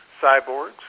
cyborgs